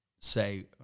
say